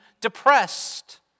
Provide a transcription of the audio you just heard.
depressed